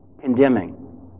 condemning